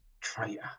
traitor